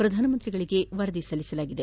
ಪ್ರಧಾನಮಂತ್ರಿಗಳಿಗೆ ವರದಿ ಸಲ್ಲಿಸಲಾಗಿದೆ